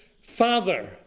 Father